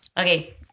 Okay